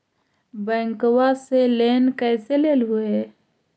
बैंकवा से लेन कैसे लेलहू हे?